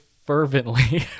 Fervently